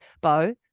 Bo